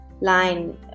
line